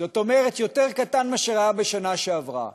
זאת אומרת, יותר קטן מאשר היה בשנה שעברה.